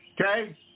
okay